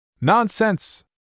Nonsense